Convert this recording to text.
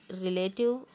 relative